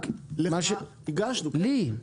לי?